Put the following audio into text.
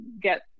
get